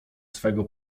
swego